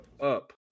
up